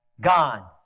Gone